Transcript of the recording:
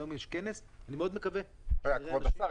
היום יש כנס --- כבוד השר,